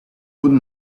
would